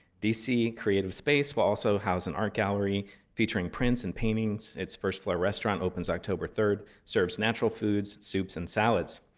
dc creative space will also house an art gallery featuring prints and paintings. its first floor restaurant opens october three, serves natural foods, soups, and salads.